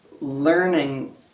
learning